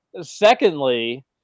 Secondly